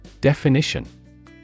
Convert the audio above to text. Definition